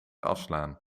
afslaan